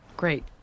Great